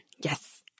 Yes